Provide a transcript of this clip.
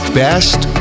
best